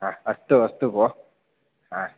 हा अस्तु अस्तु भो हा